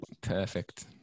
Perfect